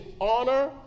honor